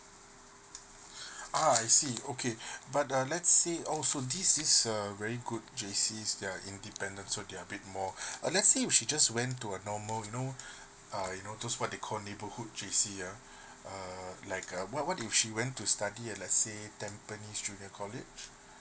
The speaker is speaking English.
ah I see okay but uh let's say oh so this is a very good J_C they are independent so they are a bit more uh let's say if she just went to a normal you know uh you know those what they call neighbourhood J_C ah uh like a what what if she went to study at let's say tampines junior college